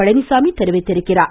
பழனிசாமி தெரிவித்துள்ளார்